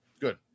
Good